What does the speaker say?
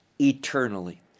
eternally